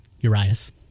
Urias